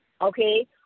okay